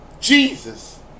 jesus